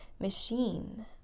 machine